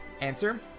Answer